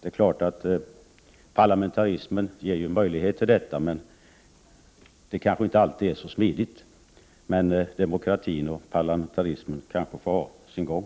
Det är klart att parlamentarismen ger möjlighet till detta, men det kanske inte alltid är så smidigt. Demokratin och parlamentarismen får dock ha sin gång.